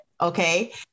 okay